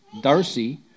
Darcy